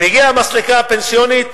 הגיעה המסלקה הפנסיונית,